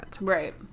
Right